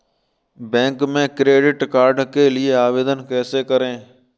Bank में credit card के लिए आवेदन कैसे करें?